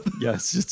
Yes